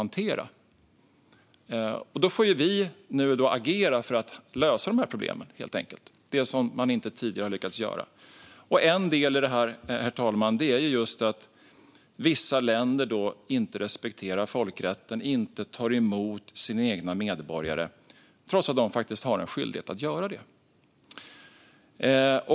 Nu får vi agera för att lösa dessa problem, där en del är att vissa länder inte respekterar folkrätten och inte tar emot sina medborgare trots att de har en skyldighet att göra det.